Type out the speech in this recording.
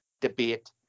debate